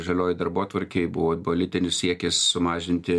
žaliojoj darbotvarkėj buvo politinis siekis sumažinti